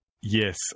Yes